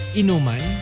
inuman